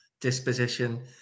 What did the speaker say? disposition